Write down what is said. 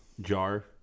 jar